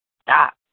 Stop